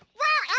wow